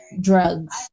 drugs